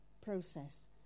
process